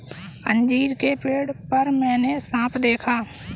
अंजीर के पेड़ पर मैंने साँप देखा